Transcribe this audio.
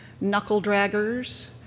knuckle-draggers